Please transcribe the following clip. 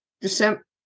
December